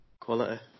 Quality